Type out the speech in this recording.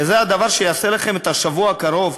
וזה הדבר שיעשה לכם את השבוע הקרוב,